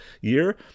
year